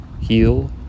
heal